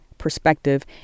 perspective